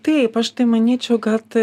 taip aš tai manyčiau kad